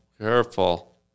Careful